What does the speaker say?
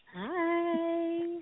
Hi